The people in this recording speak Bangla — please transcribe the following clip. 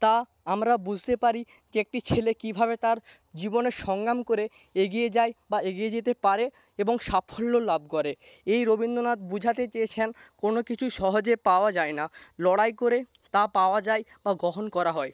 তা আমরা বুঝতে পারি যে একটি ছেলে কি ভাবে তার জীবনে সংগ্রাম করে এগিয়ে যায় বা এগিয়ে যেতে পারে এবং সাফল্য লাভ করে এই রবীন্দ্রনাথ বুঝাতে চেয়েছেন কোনো কিছুই সহজে পাওয়া যায় না লড়াই করে তা পাওয়া যায় বা গ্রহণ করা হয়